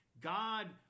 God